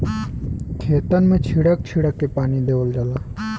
खेतन मे छीड़क छीड़क के पानी देवल जाला